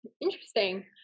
Interesting